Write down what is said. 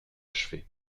achevé